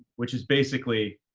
which is basically,